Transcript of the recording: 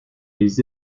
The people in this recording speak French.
les